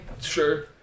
sure